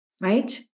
right